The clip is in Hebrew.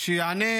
שיענה